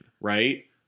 right